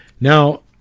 Now